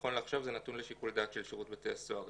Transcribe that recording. נכון לעכשיו זה נתון לשיקול דעת שירות בתי הסוהר.